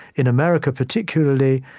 in america, particularly,